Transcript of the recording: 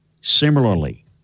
similarly